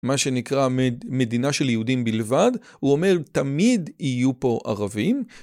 מה שנקרא מדינה של יהודים בלבד, הוא אומר תמיד יהיו פה ערבים.